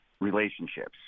relationships